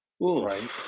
right